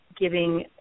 giving